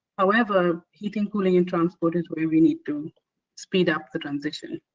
however, heating, cooling and transport is where we need to speed up the transition.